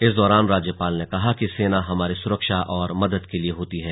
इस दौरान राज्यपाल ने कहा कि सेना हमारी सुरक्षा और मदद के लिए होती है